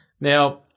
Now